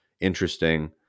interesting